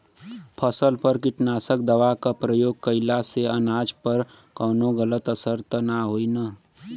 फसल पर कीटनाशक दवा क प्रयोग कइला से अनाज पर कवनो गलत असर त ना होई न?